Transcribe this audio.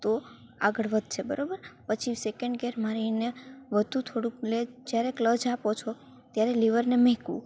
તો આગળ વધશે બરાબર પછી સેકેન્ડ ગેર મારીને વધુ થોડુંક લે જ્યારે ક્લચ આપો છો ત્યારે લિવરને મૂકવું